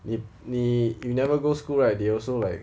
if 你你 never go school right they also like